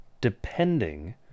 depending